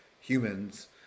humans